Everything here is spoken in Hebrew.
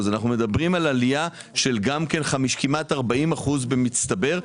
אנחנו מדברים על עלייה של כמעט 40% במצטבר.